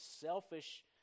selfish